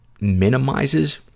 minimizes